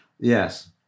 Yes